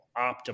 optimal